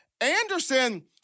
anderson